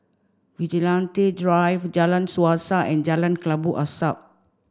Vigilante Drive Jalan Suasa and Jalan Kelabu Asap